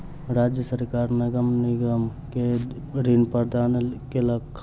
राज्य सरकार नगर निगम के ऋण प्रदान केलक